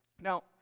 Now